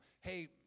hey